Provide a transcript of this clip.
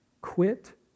quit